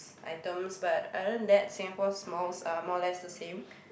items but other then that Singapore's malls are more or less the same